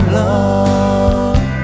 love